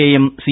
IM C